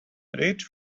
reach